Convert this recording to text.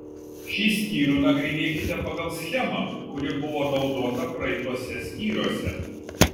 šį skyrių nagrinėkite pagal schemą kuri buvo naudota praeituose skyriuose